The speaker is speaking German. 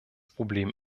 problem